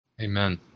Amen